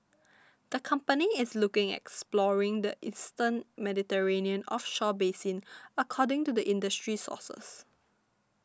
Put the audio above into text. the company is looking at exploring the eastern Mediterranean offshore basin according to the industry sources